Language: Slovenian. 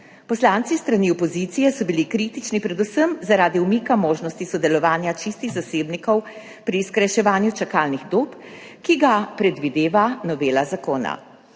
Poslanci s strani opozicije so bili kritični predvsem zaradi umika možnosti sodelovanja čistih zasebnikov pri skrajševanju čakalnih dob, ki ga predvideva novela zakona.